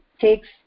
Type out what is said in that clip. takes